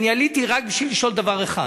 אני עליתי רק בשביל לשאול דבר אחד: